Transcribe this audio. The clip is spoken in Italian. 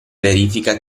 verifica